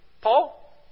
Paul